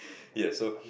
yes so